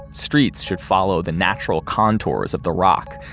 streets should follow the natural contours of the rock,